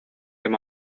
them